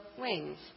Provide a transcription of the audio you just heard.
wings